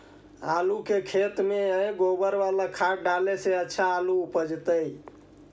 आलु के खेत में गोबर बाला खाद डाले से अच्छा आलु उपजतै?